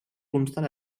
constar